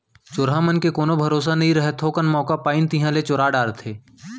चोरहा मन के कोनो भरोसा नइ रहय, थोकन मौका पाइन तिहॉं ले चोरा डारथें